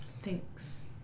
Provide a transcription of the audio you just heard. Thanks